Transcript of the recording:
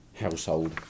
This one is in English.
household